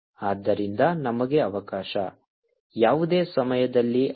ಆದ್ದರಿಂದ ನಮಗೆ ಅವಕಾಶ ಯಾವುದೇ ಸಮಯದಲ್ಲಿ ಅದು